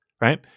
right